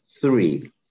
three